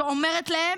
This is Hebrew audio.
שאומרת להם: